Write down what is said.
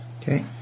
Okay